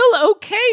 okay